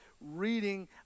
reading